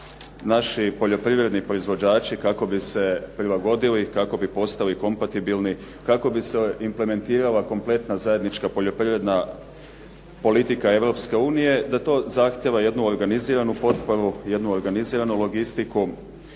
naši poljoprivredni proizvođači kako bi se prilagodili, kako bi postali kompatibilni, kako bi se implementirala kompletna zajednička politika Europske unije, da to zahtijeva jednu organiziranu potporu, jednu organiziranu logistiku.